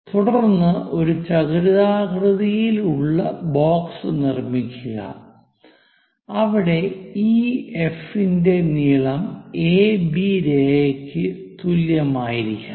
തുടർന്ന് ഒരു ചതുരാകൃതിയിലുള്ള ബോക്സ് നിർമ്മിക്കുക അവിടെ EF ന്റെ നീളം AB രേഖക്ക് തുല്യമായിരിക്കണം